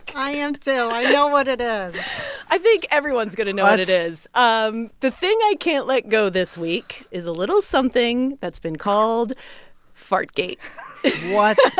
i am, too. so i know what it is i think everyone's going to know what it is. um the thing i can't let go this week is a little something that's been called fartgate what?